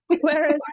whereas